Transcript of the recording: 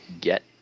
get